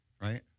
right